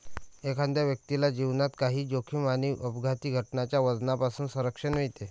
एखाद्या व्यक्तीला जीवनात काही जोखीम आणि अपघाती घटनांच्या वजनापासून संरक्षण मिळते